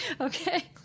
Okay